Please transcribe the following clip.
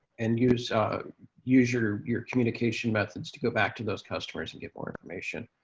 and use use your your communication methods to go back to those customers and get more information.